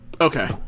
Okay